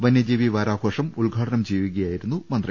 വന്യജീവി വാരാഘോഷം ഉദ്ഘാടനം ചെയ്യുകയായി രുന്നു മന്ത്രി